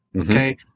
Okay